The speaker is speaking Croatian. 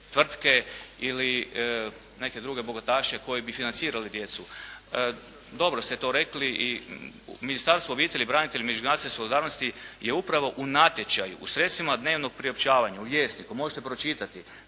tvrtke ili neke druge bogataše koji bi financirali djecu. Dobro ste to rekli. I Ministarstvo obitelji, branitelja i međugeneracijske solidarnosti je upravo u natječaju u sredstvima dnevnog priopćavanja, u Vjesniku možete pročitati